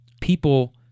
people